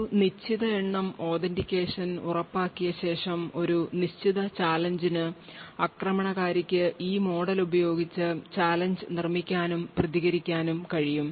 ഒരു നിശ്ചിത എണ്ണം authentication ഉറപ്പാക്കിയ ശേഷം ഒരു നിശ്ചിത ചാലഞ്ച് നു ആക്രമണകാരിക്ക് ഈ മോഡൽ ഉപയോഗിച്ച് ചാലഞ്ച് നിർമ്മിക്കാനും പ്രതികരിക്കാനും കഴിയും